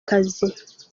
kazi